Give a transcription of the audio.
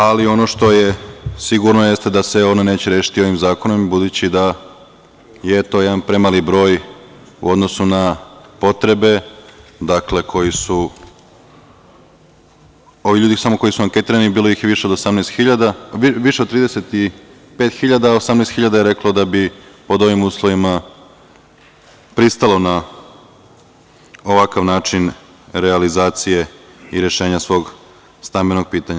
Ali, ono što je sigurno jeste da se ono neće rešiti ovim zakonom budući da je to jedan premali broj u odnosu na potrebe, dakle koje su ovi ljudi samo koji su anketirani bilo je više od 18.000, više od 35.000, 18.000 hiljada je reklo da bi pod ovim uslovima pristalo na ovakav način realizacije i rešenje svog stambenog pitanja.